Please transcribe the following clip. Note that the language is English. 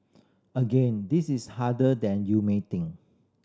again this is harder than you may think